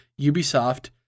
Ubisoft